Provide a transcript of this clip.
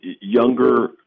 younger